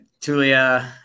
Tulia